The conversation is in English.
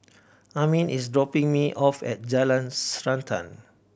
Amin is dropping me off at Jalan Srantan